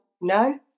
no